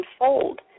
unfold